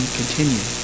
continue